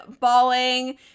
bawling